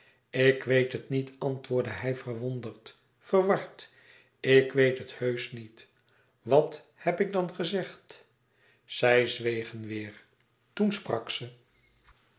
ik weet het niet antwoordde hij verwonderd verward ik weet het heusch niet wat heb ik dan gezegd zij zwegen weêr toen sprak ze